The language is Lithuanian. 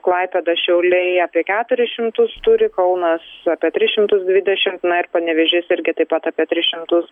klaipėda šiauliai apie keturis šimtus turi kaunas apie tris šimtus dvidešim na ir panevėžys irgi taip pat apie tris šimtus